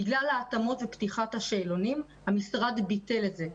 בגלל ההתאמות ופתיחת השאלונים המשרד ביטל את זה.